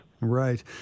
Right